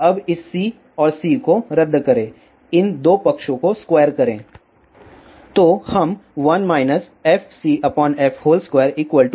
अब इस c और c को रद्द करें इन 2 पक्षों को स्क्वायर करें